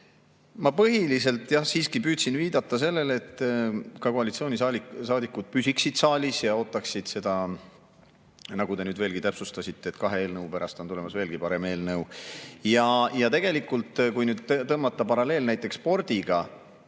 Ma põhiliselt siiski, jah, püüdsin viidata sellele, et ka koalitsioonisaadikud püsiksid saalis ja ootaksid seda, nagu te nüüd täpsustasite, et kahe eelnõu pärast tuleb veelgi parem eelnõu. Tegelikult, kui tõmmata paralleel spordiga,